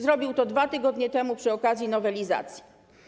Zrobił to 2 tygodnie temu przy okazji nowelizacji.